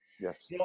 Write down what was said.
Yes